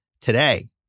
today